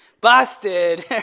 busted